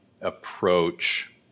approach